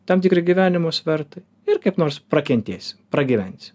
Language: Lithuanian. tam tikri gyvenimo svertai ir kaip nors prakentėsi pragyvensi